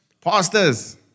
Pastors